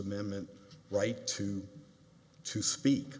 amendment right to to speak